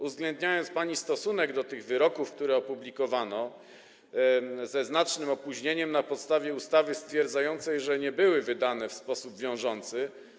uwzględniając pani stosunek do tych wyroków, które opublikowano ze znacznym opóźnieniem na podstawie ustawy stwierdzającej, że nie były wydane w sposób wiążący.